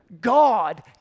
God